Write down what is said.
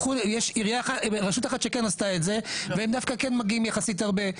יש רשות אחת שכן עשתה את זה והם דווקא כן מגיעים יחסית הרבה.